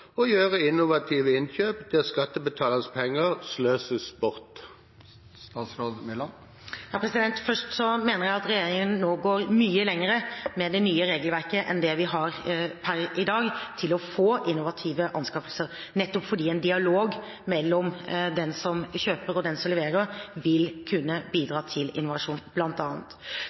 og gjøre innovative innkjøp der skattebetalernes penger sløses bort? Først: Jeg mener at regjeringen nå går mye lenger med det nye regelverket enn det vi har per i dag, i å få innovative anskaffelser, nettopp fordi en dialog mellom den som kjøper, og den som leverer, vil kunne bidra til innovasjon,